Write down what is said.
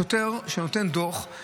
שוטר שנותן דוח,